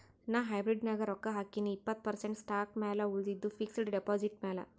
ನಾ ಹೈಬ್ರಿಡ್ ನಾಗ್ ರೊಕ್ಕಾ ಹಾಕಿನೀ ಇಪ್ಪತ್ತ್ ಪರ್ಸೆಂಟ್ ಸ್ಟಾಕ್ ಮ್ಯಾಲ ಉಳಿದಿದ್ದು ಫಿಕ್ಸಡ್ ಡೆಪಾಸಿಟ್ ಮ್ಯಾಲ